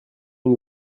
une